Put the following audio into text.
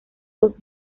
dos